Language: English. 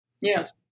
Yes